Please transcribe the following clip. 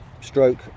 stroke